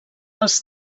els